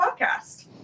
Podcast